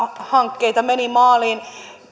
hankkeita meni maaliin